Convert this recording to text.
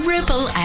Ripple